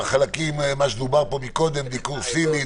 בתחומים שדובר עליהם קודם: דיקור סיני,